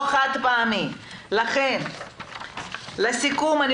לכן, לסיכום.